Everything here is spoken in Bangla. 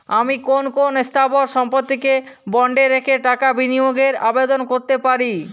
আমি কোন কোন স্থাবর সম্পত্তিকে বন্ডে রেখে টাকা বিনিয়োগের আবেদন করতে পারি?